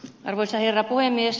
arvoisa herra puhemies